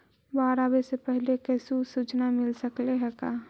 बाढ़ आवे से पहले कैसहु सुचना मिल सकले हे का?